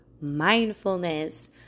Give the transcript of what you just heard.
mindfulness